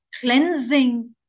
cleansing